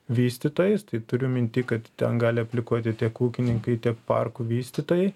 vystytojais tai turiu minty kad ten gali aplikuoti tiek ūkininkai tiek parkų vystytojai